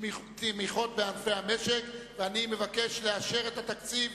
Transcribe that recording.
תמיכות בענפי המשק (מחקר ופיתוח תעשייתי),